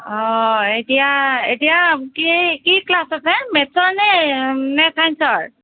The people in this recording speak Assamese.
এতিয়া এতিয়া কি কি ক্লাছ আছে মেটচৰনে নে ছাইন্সৰ